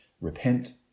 repent